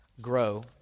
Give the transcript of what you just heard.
grow